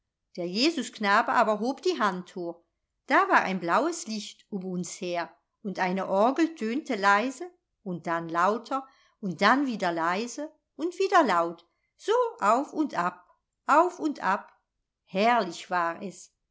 der jesusknabe aber hob die hand hoch da war ein blaues licht um uns her und eine orgel tönte leise und dann lauter und dann wieder leise und wieder laut so auf und ab auf und ab herrlich war es